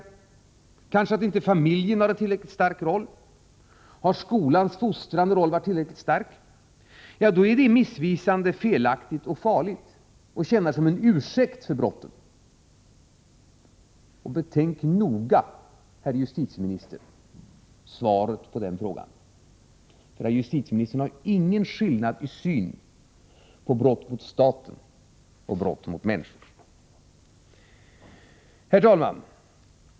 Kanske uppstår problem genom att familjen inte har en tillräckligt stark roll? Har skolans fostrande roll varit tillräckligt stark? När detta förs fram betecknas det som missvisande och farligt och tjänar som en ursäkt för brotten. Betänk noga, herr justitieminister, svaret härvidlag, för herr justitieministern har ingen skillnad i syn på brott mot staten och brott mot människor. Herr talman!